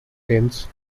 tens